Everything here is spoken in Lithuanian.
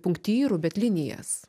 punktyrų bet linijas